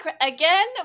again